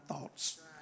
thoughts